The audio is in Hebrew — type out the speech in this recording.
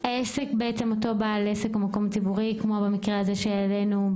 אותו בעל עסק או מקום ציבורי כמו במקרה שהעלינו,